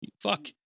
fuck